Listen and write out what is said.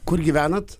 kur gyvenat